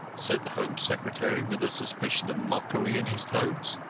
said the home secretary, with a suspicion of mockery in his tones.